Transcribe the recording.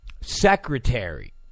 secretary